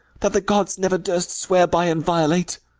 that the gods never durst swear by, and violate!